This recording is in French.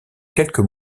quelques